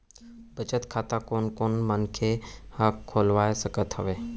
बचत खाता कोन कोन मनखे ह खोलवा सकत हवे?